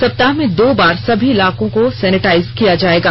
सप्ताह में दो बार समी इलाकों को सेनेटाइज किया जाएगा